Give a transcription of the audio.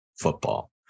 football